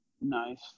Nice